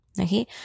okay